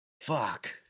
Fuck